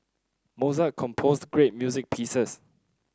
Mozart composed great music pieces